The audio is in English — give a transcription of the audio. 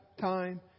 Time